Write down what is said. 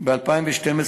ב-2012,